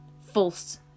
False